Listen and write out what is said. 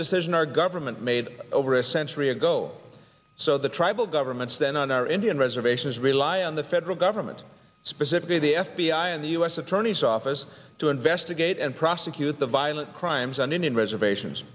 decision our government made over a century ago so the tribal governments then on our indian reservations rely on the federal government specifically the f b i and the u s attorney's office to investigate and prosecute the violent crimes on indian reservations